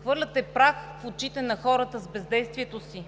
хвърляте прах в очите на хората с бездействието си!